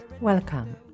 Welcome